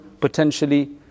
potentially